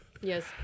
Yes